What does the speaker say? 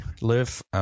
live